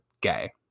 Gay